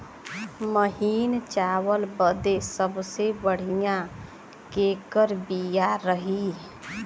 महीन चावल बदे सबसे बढ़िया केकर बिया रही?